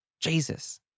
Jesus